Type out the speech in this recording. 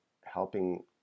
helping